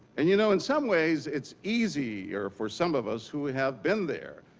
and you know in some ways it's easier for some of us who have been there.